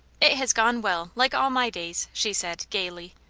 it has gone well, like all my days she said, gaily.